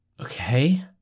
Okay